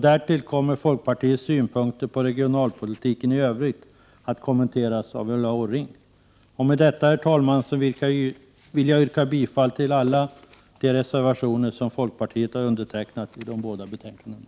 Därtill kommer folkpartiets synpunkter på regionalpolitiken att kommenteras av Ulla Orring. Med detta, herr talman, vill jag yrka bifall till alla de reservationer som folkpartiet har undertecknat i de båda betänkandena.